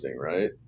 right